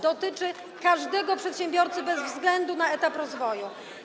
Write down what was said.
Dotyczy każdego przedsiębiorcy, bez względu na etap rozwoju.